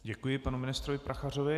Děkuji panu ministru Prachařovi.